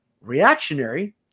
reactionary